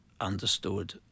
understood